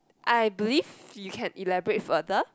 I believe you can elaborate further